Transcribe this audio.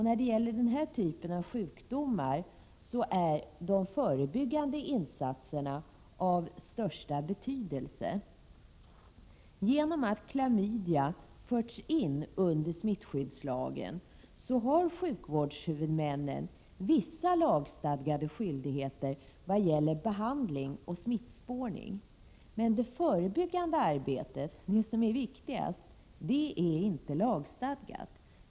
När det gäller den här typen av sjukdomar är de förebyggande insatserna av största betydelse. Genom att klamydia förts in under smittskyddslagen har sjukvardshuvudmännen vissa lagstadgade skyldigheter vad gäller behandling och smittspårning. Men det förebyggande arbetet — det arbete som är viktigast — är inte lagstadgat.